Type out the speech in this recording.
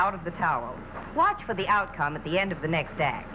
out of the tower watch for the outcome at the end of the next day